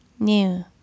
New